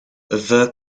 the